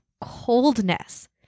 coldness